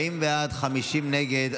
40 בעד, 50 נגד.